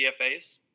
DFAs